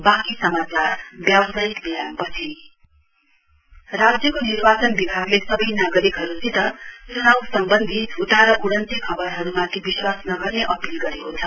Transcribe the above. election department राज्यको निर्वाचन विभागले सबै नागरिकहरूसित च्नाउ सम्बन्धी झ्टा र उडन्ते खबरहरूमाथि विश्वास नगर्ने अपील गरेको छ